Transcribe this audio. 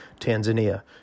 Tanzania